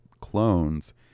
clones